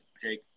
Jake